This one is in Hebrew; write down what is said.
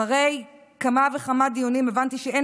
אחרי כמה וכמה דיונים הבנתי שאין